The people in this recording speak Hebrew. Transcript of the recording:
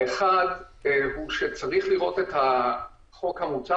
דבר אחד הוא שצריך לראות את החוק המוצע